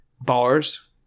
Bars